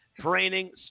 Training